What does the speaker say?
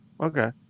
Okay